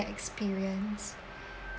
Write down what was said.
experience